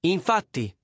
Infatti